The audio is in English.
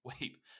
wait